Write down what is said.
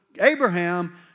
Abraham